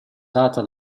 data